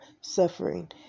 suffering